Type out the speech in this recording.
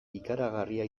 ikaragarria